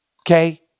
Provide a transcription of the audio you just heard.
Okay